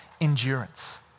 endurance